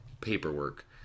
paperwork